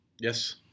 Yes